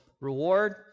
reward